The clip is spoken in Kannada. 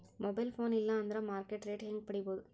ಮೊಬೈಲ್ ಫೋನ್ ಇಲ್ಲಾ ಅಂದ್ರ ಮಾರ್ಕೆಟ್ ರೇಟ್ ಹೆಂಗ್ ಪಡಿಬೋದು?